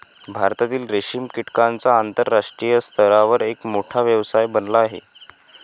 भारतातील रेशीम कीटकांचा आंतरराष्ट्रीय स्तरावर एक मोठा व्यवसाय बनला आहे